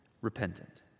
repentant